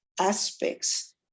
aspects